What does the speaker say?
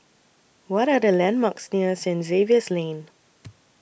What Are The landmarks near St Xavier's Lane